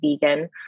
vegan